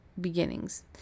beginnings